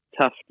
tough